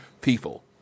people